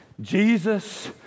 Jesus